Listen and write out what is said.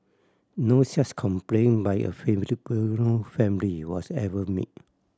no such complaint by a Filipino family was ever made